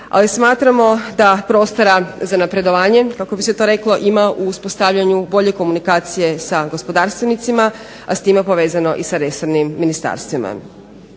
ali smatramo da prostora za napredovanjem kako bi se to reklo ima u uspostavljanju bolje komunikacije sa gospodarstvenicima, a s time povezano i sa resornim ministarstvima.